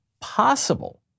possible